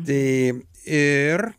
tai ir